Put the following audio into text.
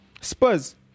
Spurs